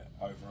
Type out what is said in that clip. over